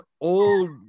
old